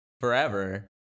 forever